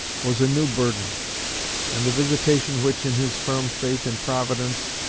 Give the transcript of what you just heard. was a new burden and the visitation which, in his firm faith in providence,